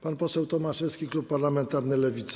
Pan poseł Tomaszewski, klub parlamentarny Lewica.